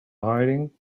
hiding